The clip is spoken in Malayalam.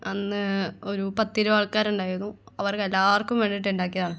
അന്ന് ഒരു പത്തിരുപത് ആൾക്കാരുണ്ടായിരുന്നു അവർക്കെല്ലാവർക്കും വേണ്ടിയിട്ട് ഉണ്ടാക്കിയതാണ്